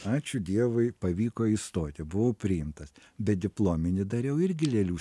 ačiū dievui pavyko įstoti buvau priimtas bet diplominį dariau irgi lėlių